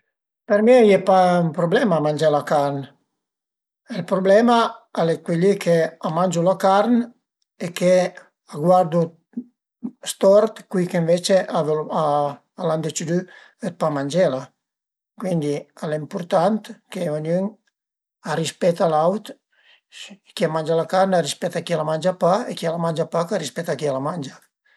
Për mi a ie pa ën problema a mangé la carn, ël problema al e cui li ch'a mangiu la carn e che a guardu stort cui che ënvece a völu, al an decidü dë pa mangela, cuindi al e ëmpurtant che ognün a rispeta l'aut e chi a mangia la carn a rispeta chi a la mangia pa e chi a la mangia pa ch'a rispeta chi a la mangia